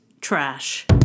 Trash